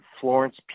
Florence